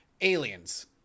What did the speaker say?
aliens